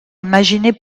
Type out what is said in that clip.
imaginer